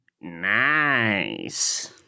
nice